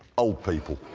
old people.